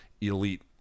elite